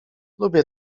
lubię